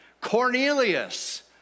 Cornelius